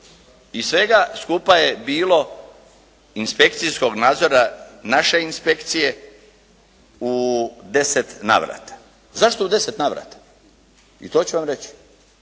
i svega skupa je bilo inspekcijskog nadzora naše inspekcije u deset navrata. Zašto u deset navrata? I to ću vam reći.